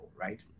right